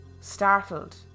Startled